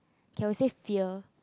can we said fear